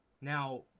Now